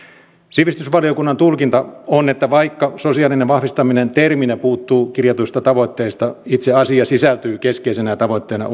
sivistysvaliokunnan tulkinta on että vaikka sosiaalinen vahvistaminen terminä puuttuu kirjatuista tavoitteista itse asia sisältyy keskeisenä tavoitteena